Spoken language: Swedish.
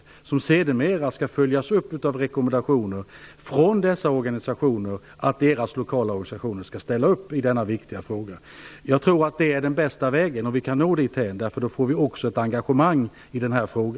Den skall sedermera följas upp av rekommendationer från dessa organisationer om att deras lokala organisationer skall ställa upp i denna viktiga fråga. Om vi kan nå dithän tror jag att det är den bästa vägen, för då får vi också ett engagemang i denna fråga.